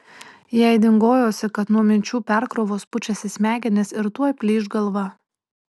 jai dingojosi kad nuo minčių perkrovos pučiasi smegenys ir tuoj plyš galva